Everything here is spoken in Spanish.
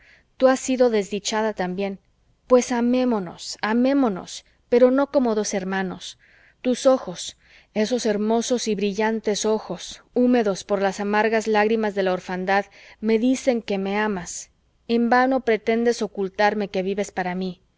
tú has sido desdichada también pues amémonos amémonos pero no como dos hermanos tus ojos esos hermosos y brillantes ojos húmedos por las amargas lágrimas de la orfandad me dicen que me amas en vano pretendes ocultarme que vives para mí